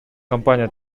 компания